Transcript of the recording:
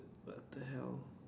what the hell